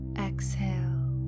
exhale